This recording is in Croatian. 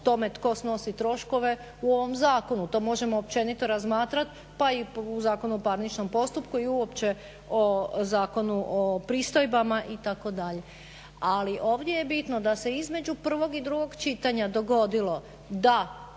tome tko nosi troškove u ovom zakonu, to možemo općenito razmatrati pa i u Zakonu o parničnom postupku i uopće Zakonu o pristojbama itd. Ali ovdje je bitno da se između prvog i drugog čitanja dogodilo da